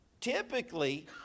Typically